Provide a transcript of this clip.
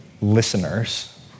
listeners